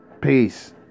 Peace